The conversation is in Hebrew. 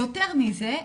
יותר מזה,